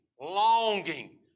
longing